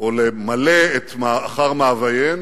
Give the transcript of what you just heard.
או למלא אחר מאווייהן